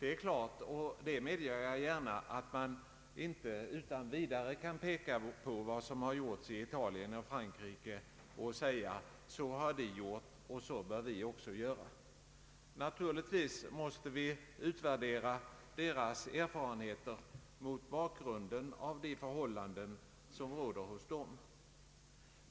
Det är klart — det medger jag gärna — att man inte utan vidare kan peka på vad som har gjorts i Italien och Frankrike och säga att så har de gjort och så bör vi också göra. Naturligtvis måste vi utvärdera deras erfarenheter mot bakgrunden av de förhållanden som råder i dessa länder.